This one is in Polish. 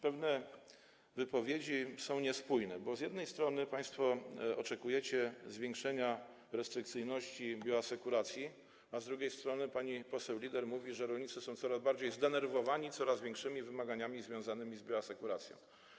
Pewne wypowiedzi są niespójne, bo z jednej strony państwo oczekujecie zwiększenia restrykcyjności w zakresie bioasekuracji, a z drugiej strony pani poseł Lieder mówi, że rolnicy są coraz bardziej zdenerwowani coraz większymi wymogami związanymi z bioasekuracją.